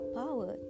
power